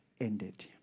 ended